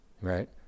right